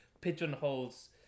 pigeonholes